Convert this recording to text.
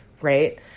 right